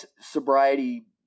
sobriety